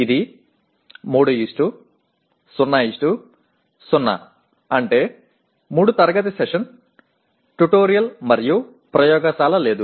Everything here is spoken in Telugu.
ఇది 300 అంటే 3 తరగతి గది సెషన్ ట్యుటోరియల్ మరియు ప్రయోగశాల లేదు